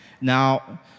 Now